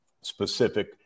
specific